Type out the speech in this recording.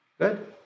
Good